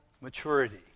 maturity